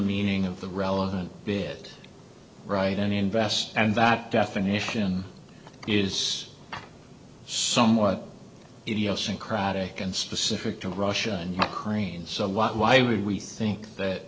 meaning of the relevant bit right and invest and that definition is somewhat idiosyncratic and specific to russia and ukraine so a lot why would we think that